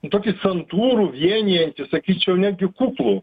tokį santūrų vienijantį sakyčiau netgi kuklų